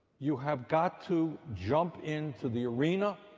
you have got to jump into the arena.